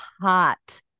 hot